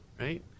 right